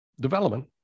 development